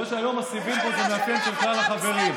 אני רואה שהיום הסיבים פה הם מאפיין של כלל החברים.